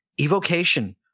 evocation